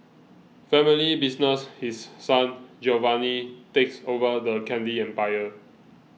family business His Son Giovanni takes over the candy empire